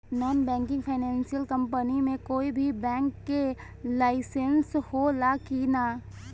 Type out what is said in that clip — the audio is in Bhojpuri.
नॉन बैंकिंग फाइनेंशियल कम्पनी मे कोई भी बैंक के लाइसेन्स हो ला कि ना?